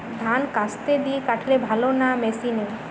ধান কাস্তে দিয়ে কাটলে ভালো না মেশিনে?